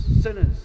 sinners